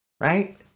right